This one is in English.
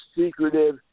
secretive